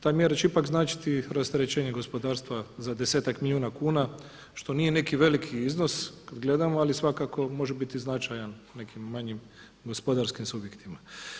Ta mjera će ipak značiti rasterećenje gospodarstva za desetak milijuna kuna što nije neki veliki iznos kad gledamo, ali svakako može biti značajan u manjim gospodarskim subjektima.